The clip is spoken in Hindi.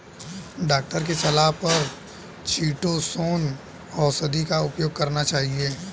डॉक्टर की सलाह पर चीटोसोंन औषधि का उपयोग करना चाहिए